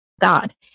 God